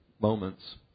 moments